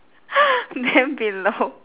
then below